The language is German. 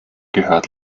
gehört